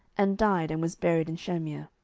and died, and was buried in shamir.